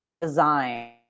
design